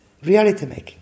reality-making